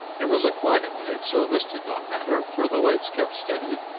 it was a quiet night, so this did not matter, for the lights kept steady,